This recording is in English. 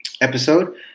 episode